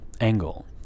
angle